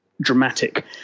dramatic